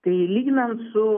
tai lyginant su